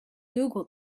google